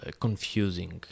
confusing